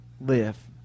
live